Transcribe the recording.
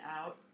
out